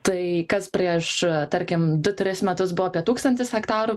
tai kas prieš tarkim du tris metus buvo apie tūkstantis hektarų